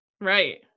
right